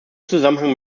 zusammenhang